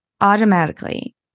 automatically